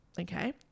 Okay